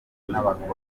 n’abakoloni